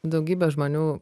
daugybė žmonių